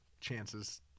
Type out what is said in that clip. chances